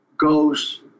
goes